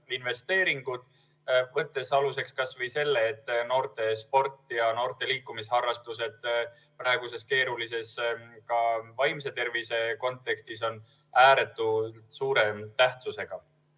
investeeringud, võttes aluseks kas või selle, et noortesport ja noorte liikumisharrastused praeguses keerulises olukorras on ka vaimse tervise kontekstis ääretult suure tähtsusega.